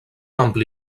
ampli